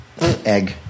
Egg